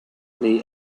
the